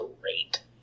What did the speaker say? great